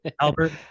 Albert